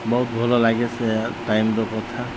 ବହୁତ ଭଲଲାଗେ ସେ ଟାଇମ୍ର କଥା